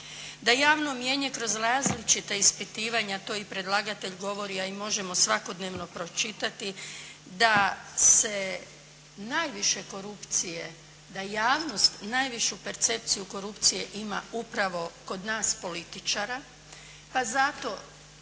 Da javno mnijenje kroz različita ispitivanja, to i predlagatelj govori, a i možemo svakodnevno pročitati da se najviše korupcije, da javnost najvišu percepciju korupcije ima upravo kod nas političara pa zato